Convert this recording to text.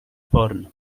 porn